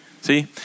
see